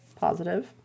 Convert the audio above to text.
positive